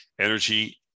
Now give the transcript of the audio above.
Energy